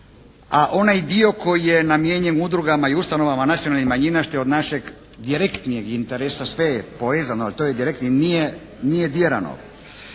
a onaj dio koji je namijenjen udrugama i ustanovama nacionalnih manjina što je od našeg direktnijeg interesa, sve je povezano a to je direktni, nije